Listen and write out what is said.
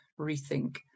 rethink